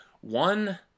One